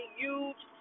huge